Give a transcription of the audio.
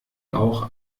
auch